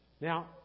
Now